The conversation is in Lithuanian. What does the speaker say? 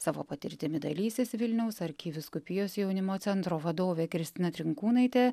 savo patirtimi dalysis vilniaus arkivyskupijos jaunimo centro vadovė kristina trinkūnaitė